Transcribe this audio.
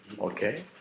Okay